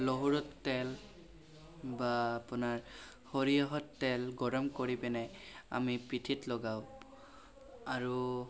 নহৰুৰ তেল বা আপোনাৰ সৰিয়হৰ তেল গৰম কৰি পেনে আমি পিঠিত লগাওঁ আৰু